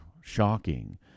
shocking